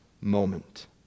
moment